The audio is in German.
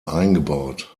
eingebaut